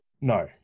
No